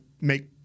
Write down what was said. make